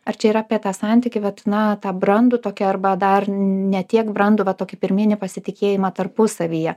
ar čia yra apie tą santykį vat na tą brandų tokį arba dar ne tiek brandų va tokį pirminį pasitikėjimą tarpusavyje